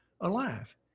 alive